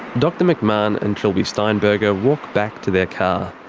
dr mcmahon and trilby steinberger walk back to their car,